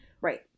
Right